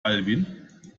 alwin